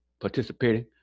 participating